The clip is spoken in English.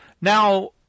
Now